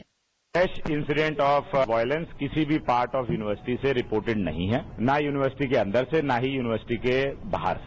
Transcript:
bite कोई fresh incident of violence किसी भी पार्ट ऑफ यूनिवर्सिटी से रिर्पोटिड नहीं है न यूनिवर्सिटी के अंदर से न ही यूनिवर्सिटी के बाहर से